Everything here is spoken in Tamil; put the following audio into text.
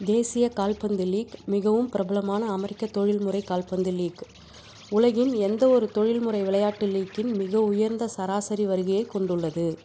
தேசிய கால்பந்து லீக் மிகவும் பிரபலமான அமெரிக்க தொழில்முறை கால்பந்து லீக் உலகின் எந்தவொரு தொழில்முறை விளையாட்டு லீக்கின் மிக உயர்ந்த சராசரி வருகையைக் கொண்டுள்ளது